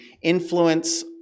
influence